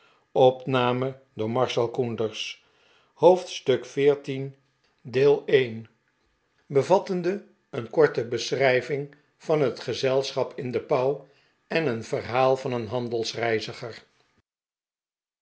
hoofdstuk xiv bevattende een korte beschrijving van het gezelschap in de pauw en een verhaal van een